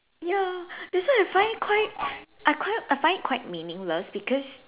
ya that's why I find quite I quite I find it quite meaningless because